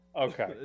Okay